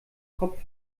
kopf